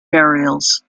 burials